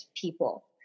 people